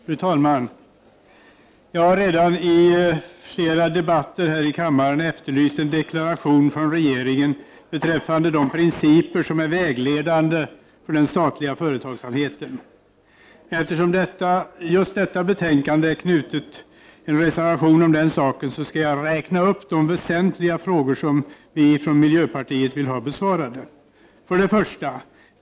Fru talman! Jag har redan i flera debatter här i kammaren efterlyst en deklaration från regeringen beträffande de principer som är vägledande för den statliga företagsamheten. Eftersom det just till detta betänkande är knutet en reservation om den saken, skall jag räkna upp de väsentliga frågor som vi från miljöpartiet vill ha besvarade: 1.